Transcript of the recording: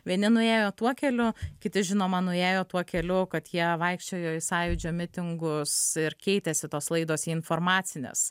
vieni nuėjo tuo keliu kiti žinoma nuėjo tuo keliu kad jie vaikščiojo į sąjūdžio mitingus ir keitėsi tos laidos į informacines